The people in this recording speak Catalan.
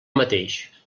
mateix